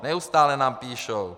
Neustále nám píší.